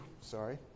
Sorry